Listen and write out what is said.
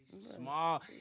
Small